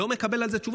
לא מקבל על זה תשובות,